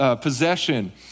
possession